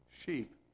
sheep